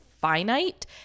finite